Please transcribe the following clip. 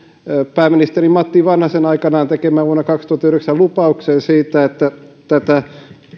pääministeri matti vanhasen aikanaan vuonna kaksituhattayhdeksän tekemään lupaukseen siitä että tätä